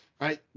right